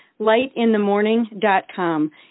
lightinthemorning.com